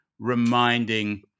reminding